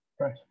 Right